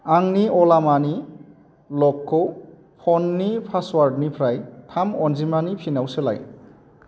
आंनि अला मानि ल'कखौ फ'ननि पासवर्डनिफ्राय थाम अनजिमानि पिनाव सोलाय